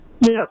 Yes